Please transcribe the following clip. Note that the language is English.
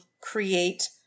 create